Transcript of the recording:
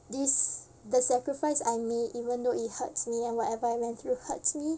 this the sacrifice I made even though it hurts me and whatever I went through hurts me